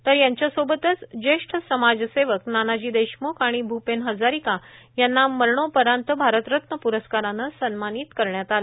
तर यांच्यासोबतच ज्येश्ठ समाजसेवक नानाजी देशमुख आणि भूपेन हजारिका यांना मरणोपरांत भारतरत्र पुरस्कारानं सन्मानित करण्यात आलं